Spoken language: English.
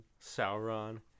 Sauron